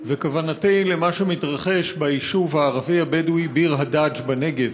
וכוונתי למה שמתרחש ביישוב הערבי הבדואי ביר-הדאג' בנגב.